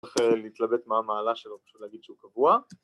‫צריך להתלבט מה המעלה שלו, ‫פשוט להגיד שהוא קבוע.